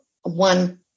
one